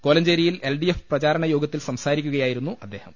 കോലഞ്ചേരിയിൽ L D F പ്രചരണയോഗത്തിൽ സംസാരിക്കുക യായിരുന്നു അദ്ദേഹം